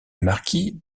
marquis